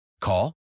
call